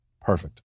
Perfect